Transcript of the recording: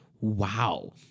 wow